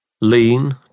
Lean